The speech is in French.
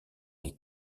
les